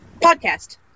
podcast